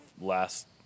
last